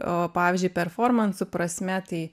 o pavyzdžiui performansų prasme tai